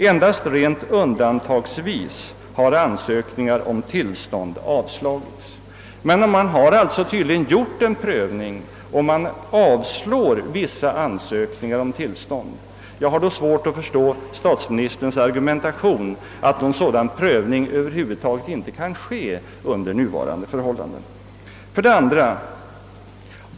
Endast rent undantagsvis har ansökningar om tillstånd avslagits.» Det har sålunda tydligen gjorts en prövning och vissa ansökningar om tillstånd har avslagits. Jag har då svårt att förstå statsministerns argumentation, att en sådan prövning över huvud taget inte kan ske under nuvarande förhållanden. 2.